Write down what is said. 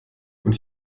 und